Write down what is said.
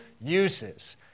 uses